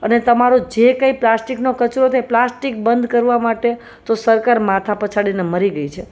અને તમારો જે કંઈ પ્લાસ્ટિકનો કચરો તે પ્લાસ્ટિક બંધ કરવા માટે તો સરકાર માથા પછાડીને મરી ગઈ છે